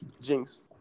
Jinx